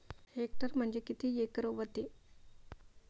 Hectare म्हणजे किती acre व्हते?